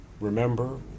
remember